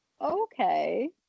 okay